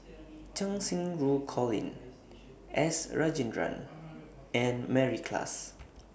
Cheng Xinru Colin S Rajendran and Mary Klass